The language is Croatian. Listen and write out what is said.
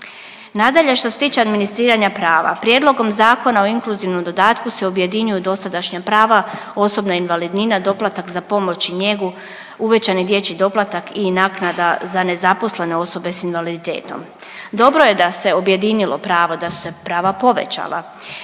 Nadalje što se tiče administriranja prava. Prijedlogom Zakona o inkluzivnom dodatku se objedinjuju dosadašnja prava, osobna invalidnina, doplatak za pomoć i njegu, uvećani dječji doplatak i naknada za nezaposlene osobe sa invaliditetom. Dobro je da se objedinilo pravo, da su se prava povećala,